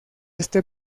este